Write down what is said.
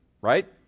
right